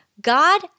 God